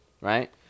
right